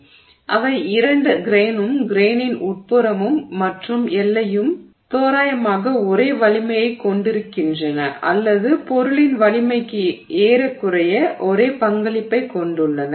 எனவே அவை இரண்டு கிரெய்னும் கிரெய்னின் உட்புறமும் மற்றும் எல்லையும் தோராயமாக ஒரே வலிமையைக் கொண்டிருக்கின்றன அல்லது பொருளின் வலிமைக்கு ஏறக்குறைய ஒரே பங்களிப்பைக் கொண்டுள்ளன